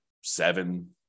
seven